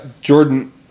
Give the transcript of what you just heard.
Jordan